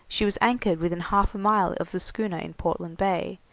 she was anchored within half-a-mile of the schooner in portland bay,